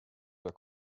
were